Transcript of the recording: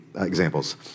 examples